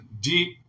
deep